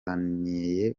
impande